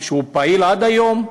פעיל עד היום,